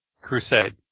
Crusade